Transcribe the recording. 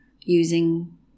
using